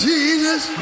Jesus